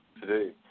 today